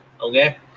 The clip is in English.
okay